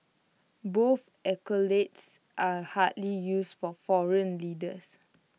both accolades are hardly used for foreign leaders